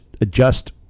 adjust